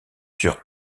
sur